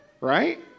Right